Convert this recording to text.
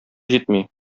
җитми